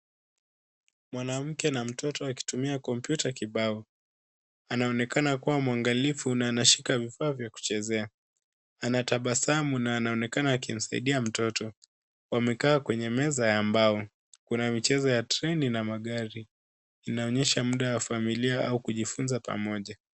Mwanamke na mtoto wakitumia kompyuta kibao. Anaonekana kuwa mwangalifu na anashika vifaa vya kuchezea. Antabasamu na anaonekana akimsaidia mtoto. Wamekaa kwenye meza ya mbao. Kuna michezo ya treni na magari, inaonyesha muda wa familia au kujifunza pamoja.